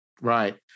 Right